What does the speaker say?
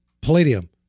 palladium